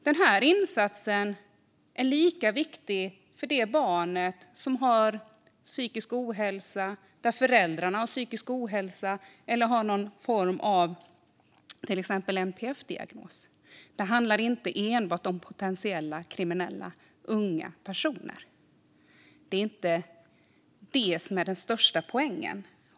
Den här insatsen är lika viktig för de barn som har psykisk ohälsa, har föräldrar med psykisk ohälsa eller till exempel har någon form av NPF-diagnos. Det handlar inte enbart om potentiella kriminella unga personer, och det är inte heller det som är den största poängen.